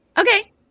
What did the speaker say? Okay